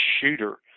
Shooter